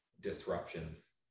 disruptions